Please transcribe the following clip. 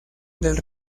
del